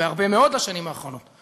בהרבה מאוד השנים האחרונות,